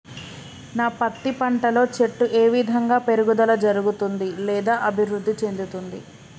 నా పత్తి పంట లో చెట్టు ఏ విధంగా పెరుగుదల జరుగుతుంది లేదా అభివృద్ధి చెందుతుంది?